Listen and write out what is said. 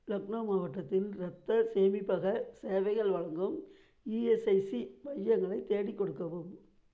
லக்னோ மாவட்டத்தில் ரத்த சேமிப்பக சேவைகள் வழங்கும் இஎஸ்ஐசி மையங்கள் தேடிக் கொடுக்கவும்